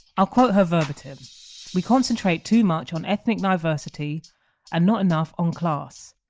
i'll quote her verbatim we concentrate too much on ethnic diversity and not enough on class.